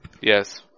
Yes